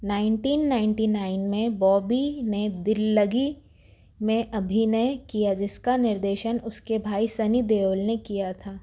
nineteen ninety nine में बॉबी ने दिल्लगी में अभिनय किया जिसका निर्देशन उसके भाई सनी देओल ने किया था